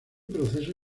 proceso